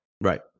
right